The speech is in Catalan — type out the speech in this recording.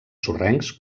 sorrencs